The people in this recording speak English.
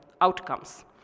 outcomes